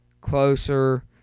closer